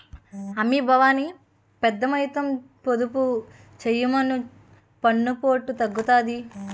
అమ్మీ బావని పెద్దమొత్తంలో పొదుపు చెయ్యమను పన్నుపోటు తగ్గుతాది